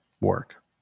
work